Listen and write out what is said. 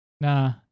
Nah